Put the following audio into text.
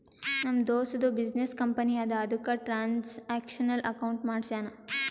ನಮ್ ದೋಸ್ತದು business company ಅದಾ ಅದುಕ್ಕ ಟ್ರಾನ್ಸ್ಅಕ್ಷನಲ್ ಅಕೌಂಟ್ ಮಾಡ್ಸ್ಯಾನ್